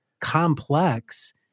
complex